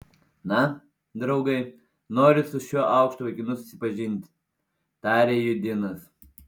na draugai noriu su šiuo aukštu vaikinu susipažinti tarė judinas